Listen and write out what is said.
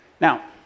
Now